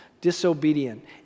disobedient